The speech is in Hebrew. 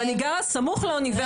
אני גרה סמוך לאוניברסיטה.